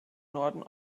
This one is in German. norden